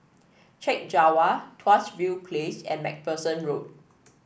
Chek Jawa Tuas View Place and MacPherson Road